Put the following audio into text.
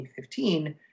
2015